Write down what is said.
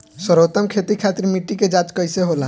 सर्वोत्तम खेती खातिर मिट्टी के जाँच कइसे होला?